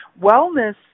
Wellness